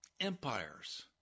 empires